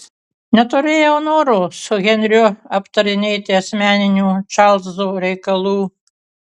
neturėjau noro su henriu aptarinėti asmeninių čarlzo reikalų